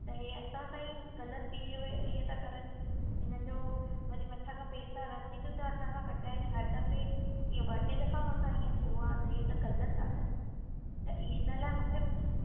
त हे असां सां ई ग़लति ईअं था करनि इननि जो वरी मथां खां पैसा रसीदूं था असांखां कटाइनि हर दफ़े इहो ॿ टे दफ़ा मूंसां ईअं थियो आहे त हीअ त ग़लति आहे न त इन लाइ मूंखे कुझु